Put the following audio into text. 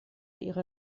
ihre